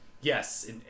Yes